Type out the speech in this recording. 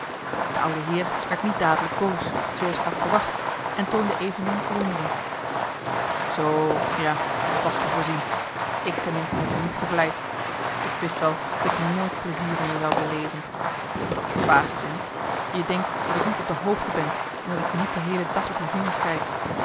de oude heer werd niet dadelijk boos zooals ik had verwacht en toonde evenmin verwondering zoo ja t was te voorzien ik ten minste heb me niet gevleid ik wist wel dat ik nooit plezier van je zou beleven dat verbaast je hè je denkt dat ik niet op de hoogte ben omdat ik je niet de heele dag op je vingers kijk